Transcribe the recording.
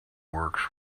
works